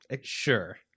Sure